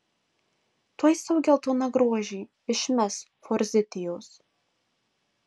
tuoj savo geltoną grožį išmes forzitijos